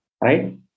right